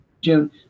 june